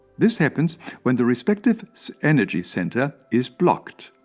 this happens when the respective energy center is blocked.